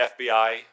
FBI